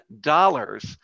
dollars